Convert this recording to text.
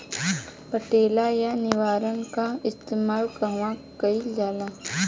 पटेला या निरावन का इस्तेमाल कहवा कइल जाला?